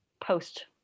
post